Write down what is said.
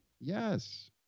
yes